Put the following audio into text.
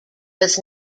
was